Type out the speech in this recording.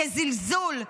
כזלזול,